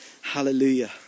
Hallelujah